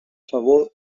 favor